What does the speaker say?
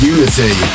Unity